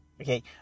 okay